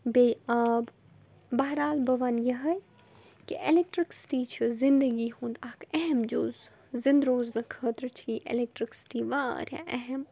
بیٚیہِ آب بہرحال بہٕ ونہٕ یِہوٚے کہِ اٮ۪لیکٹٕرٛکسِٹی چھِ زندگی ہُنٛد اَکھ اہم جُز زِنٛدٕ روزنہٕ خٲطرٕ چھِ یہِ اٮ۪لیکٹٕرٛکسِٹی واریاہ اہم